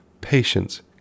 patience